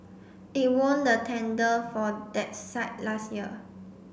it won the tender for that site last year